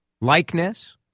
likeness